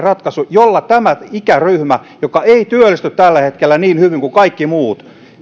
ratkaisu jolla työllistyisi tämä ikäryhmä joka ei työllisty tällä hetkellä niin hyvin kuin kaikki muut